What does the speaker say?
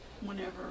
whenever